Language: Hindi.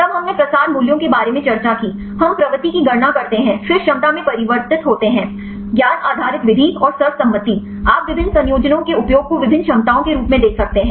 तब हमने प्रसार मूल्यों के बारे में चर्चा की हम प्रवृत्ति की गणना करते हैं फिर क्षमता में परिवर्तित होते हैं ज्ञान आधारित विधि और सर्वसम्मति आप विभिन्न संयोजनों के उपयोग को विभिन्न क्षमताओं के रूप में देख सकते हैं